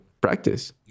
practice